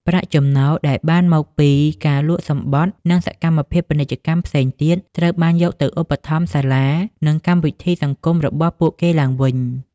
ប្រាក់ចំណូលដែលបានពីការលក់សំបុត្រ និងសកម្មភាពពាណិជ្ជកម្មផ្សេងទៀត ត្រូវបានយកទៅឧបត្ថម្ភសាលា និងកម្មវិធីសង្គមរបស់ពួកគេឡើងវិញ ។